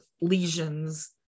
lesions